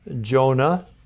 Jonah